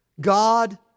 God